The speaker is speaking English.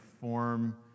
form